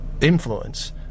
influence